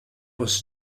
was